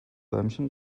däumchen